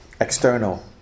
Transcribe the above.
external